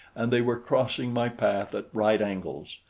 and they were crossing my path at right angles,